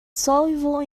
soluble